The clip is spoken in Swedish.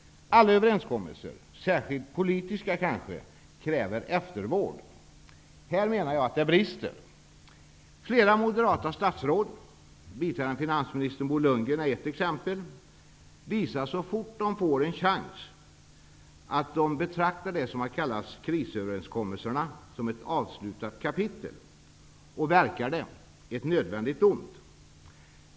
Alla överenskommelser, särskilt politiska kanske, kräver eftervård. Här menar jag att det brister. Flera moderata statsråd, biträdande finansminister Bo Lundgren är ett exempel, visar så fort de får en chans att de betraktar det som har kallats krisöverenskommelserna som ett avslutat kapitel och, verkar det, som ett nödvändigt ont.